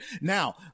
Now